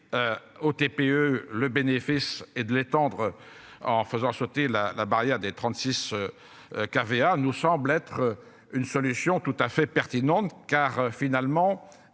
Aux TPE. Le bénéfice et de l'étendre en faisant sauter la barrière des 36. Nous semble être une solution tout à fait pertinente car finalement